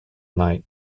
night